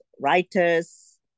writers